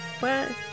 Bye